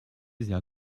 sehr